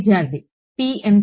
విద్యార్థి PMC